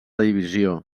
divisió